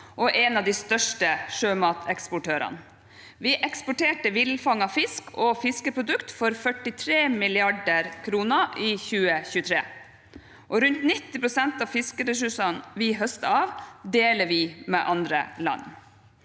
og en av de største sjømateksportørene. Vi eksporterte villfanget fisk og fiskeprodukt for 43 mrd. kr i 2023, og rundt 90 pst. av fiskeressursene vi høster av, deler vi med andre land.